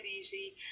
easy